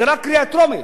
זה רק קריאה טרומית,